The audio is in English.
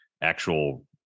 actual